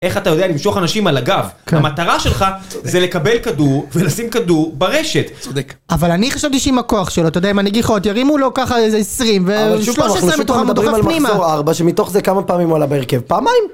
איך אתה יודע למשוך אנשים על הגב? -כן -המטרה שלך זה לקבל כדור ולשים כדור ברשת. -צודק. אבל אני חשבתי שעם הכוח שלו, אתה יודע, עם הנגיחות, ירימו לו ככה איזה עשרים ושלוש עשרה מתוכם הוא דוחף פנימה. -ושוב פעם אנחנו מדברים על מחזור ארבע, שמתוך זה כמה פעמים הוא עלה בהרכב? פעמיים?